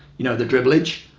you know the dribblage?